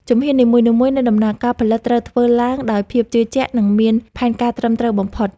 ជំហាននីមួយៗនៃដំណើរការផលិតត្រូវធ្វើឡើងដោយភាពជឿជាក់ និង មានផែនការត្រឹមត្រូវបំផុត។